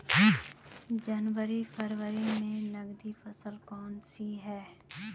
जनवरी फरवरी में नकदी फसल कौनसी है?